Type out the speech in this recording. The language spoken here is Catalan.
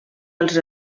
als